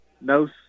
no